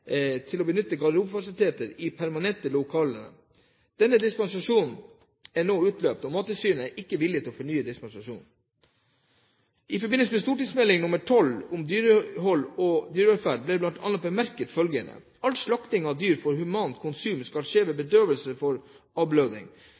for å benytte garderobefasiliteter i permanente lokaler. Denne dispensasjonen er nå utløpt, og Mattilsynet er ikke villig til å fornye den. I forbindelse med St.meld. nr. 12 for 2002–2003 Om dyrehold og dyrevelferd ble det bl.a. bemerket følgende: «All slakting av dyr for humant konsum skal